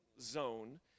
zone